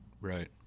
right